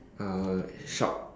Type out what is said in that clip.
uh shout